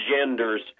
genders